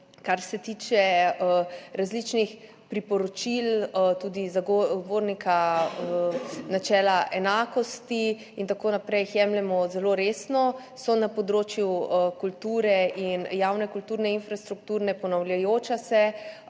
kar se tiče različnih priporočil, tudi Zagovornika načela enakosti in tako naprej, jih jemljemo zelo resno, so na področju kulture in javne kulturne infrastrukture ponavljajoča se